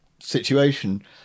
situation